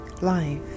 life